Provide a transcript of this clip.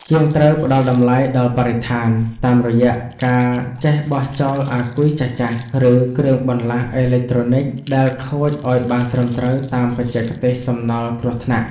ជាងត្រូវផ្ដល់តម្លៃដល់បរិស្ថានតាមរយៈការចេះបោះចោលអាគុយចាស់ៗ ឬគ្រឿងបន្លាស់អេឡិចត្រូនិកដែលខូចឱ្យបានត្រឹមត្រូវតាមបច្ចេកទេសសំណល់គ្រោះថ្នាក់។